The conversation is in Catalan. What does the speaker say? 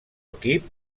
equip